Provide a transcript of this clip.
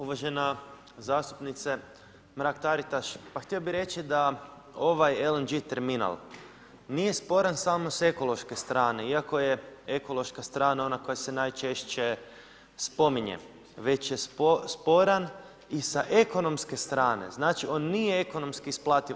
Uvažena zastupnice Mrak Taritaš, pa htio bi reći da ovaj LNG terminal, nije sporan samo s ekološke strane, iako je ekološka strana ona koja se najčešće spominje, već je sporan i sa ekonomske strane, znači on nije ekonomski isplativ.